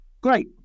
great